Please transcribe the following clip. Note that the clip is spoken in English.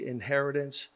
inheritance